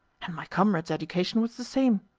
and my comrades' education was the same.